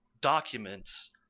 documents